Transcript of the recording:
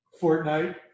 Fortnite